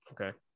okay